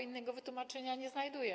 Innego wytłumaczenia nie znajduję.